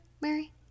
Mary